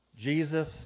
Jesus